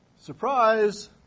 surprise